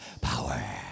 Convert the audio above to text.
power